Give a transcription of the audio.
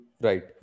Right